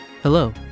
Hello